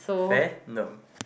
Venom